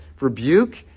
Rebuke